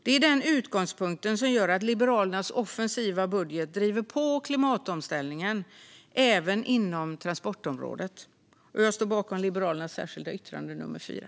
Det är den utgångspunkten som gör att Liberalernas offensiva budget driver på klimatomställningen även inom transportområdet. Jag står bakom Liberalernas särskilda yttrande nummer 4.